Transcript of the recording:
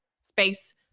space